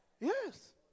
Yes